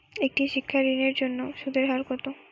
একটি শিক্ষা ঋণের জন্য সুদের হার কত?